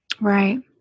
Right